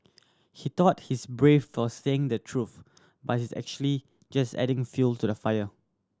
he thought he's brave for saying the truth but he's actually just adding fuel to the fire